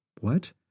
What